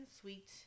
sweet